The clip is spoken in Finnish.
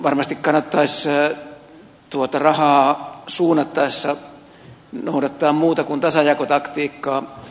varmasti kannattaisi tuota rahaa suunnattaessa noudattaa muuta kuin tasajakotaktiikkaa